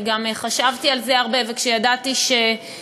אני גם חשבתי על זה הרבה וכשידעתי שזה